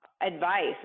advice